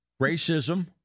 Racism